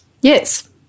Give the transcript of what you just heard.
Yes